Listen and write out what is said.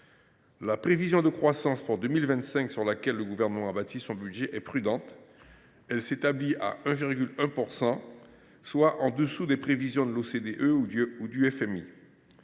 La prévision de croissance pour 2025 sur laquelle le Gouvernement a bâti son budget est prudente. Elle s’établit à 1,1 %, soit en dessous des prévisions de l’OCDE et du Fonds